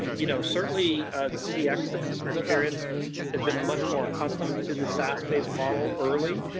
you know certainly the cx, the customer experience has been much more accustomed to the saas base model early.